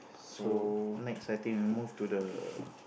so next I think we move to the